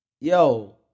Yo